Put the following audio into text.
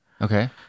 Okay